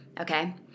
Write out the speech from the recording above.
okay